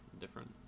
different